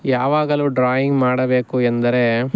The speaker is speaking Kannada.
ಯಾವಾಗಲು ಡ್ರಾಯಿಂಗ್ ಮಾಡಬೇಕು ಎಂದರೆ